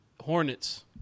Hornets